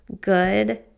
good